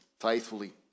faithfully